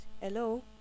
Hello